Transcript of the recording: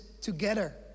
together